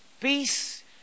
peace